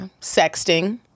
Sexting